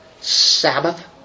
Sabbath